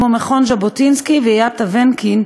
כמו מכון ז'בוטינסקי ויד טבנקין,